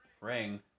ring